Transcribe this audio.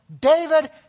David